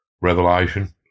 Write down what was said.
Revelation